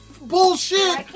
Bullshit